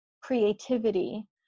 creativity